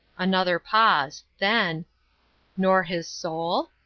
another pause. then nor his soul?